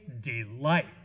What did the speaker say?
delight